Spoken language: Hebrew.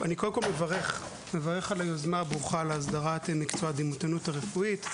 אני מברך על היוזמה הברוכה להסדרת מקצוע הדימתנות הרפואית,